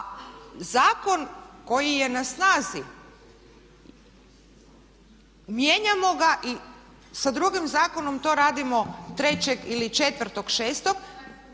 a zakon koji je na snazi mijenjamo ga i sa drugim zakonom to radimo 3.ili 4.6.